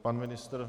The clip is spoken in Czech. Pan ministr.